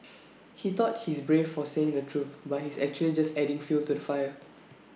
he thought he's brave for saying the truth but he's actually just adding fuel to the fire